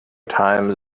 times